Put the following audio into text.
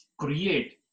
create